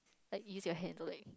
like use your hand to like